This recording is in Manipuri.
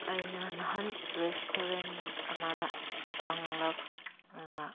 ꯑꯩꯅ ꯅꯍꯥꯟ ꯔꯦꯁꯇꯨꯔꯦꯟ ꯑꯃꯗ ꯆꯪꯂꯛꯂꯒ